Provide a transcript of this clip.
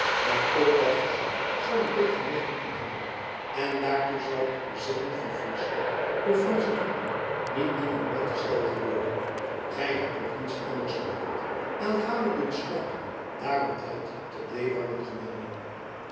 maar ook dat gezach zal een tegenwicht moeten hebben en daartoe zal het bezetten van friesland door fransche troepen niet dienen uitgesteld te worden gy hebt nog niets naders gehoord aangaande de besluiten daaromtrent tot leeuwarden genomen